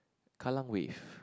Kallang Wave